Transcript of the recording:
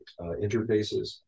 interfaces